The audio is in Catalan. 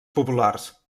populars